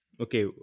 Okay